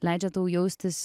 leidžia tau jaustis